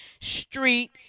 street